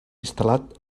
instal·lat